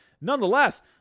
nonetheless